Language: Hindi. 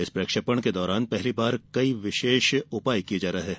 इस प्रक्षेपण के दौरान पहली बार कई विशेष उपाय किए जा रहे हैं